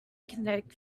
kinetic